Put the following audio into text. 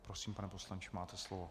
Prosím, pane poslanče, máte slovo.